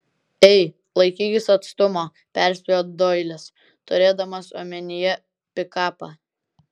ei laikykis atstumo perspėjo doilis turėdamas omenyje pikapą